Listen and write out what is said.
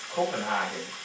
Copenhagen